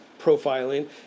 profiling